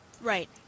Right